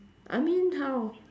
I mean how